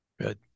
Good